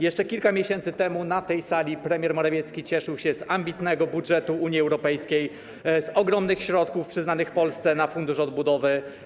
Jeszcze kilka miesięcy temu na tej sali premier Morawiecki cieszył się z ambitnego budżetu Unii Europejskiej, z ogromnych środków przyznanych Polsce na Fundusz Odbudowy.